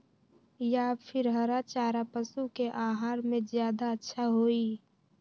या फिर हरा चारा पशु के आहार में ज्यादा अच्छा होई?